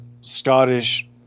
Scottish